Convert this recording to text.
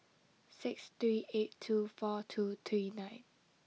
six three eight two four two three nine